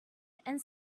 and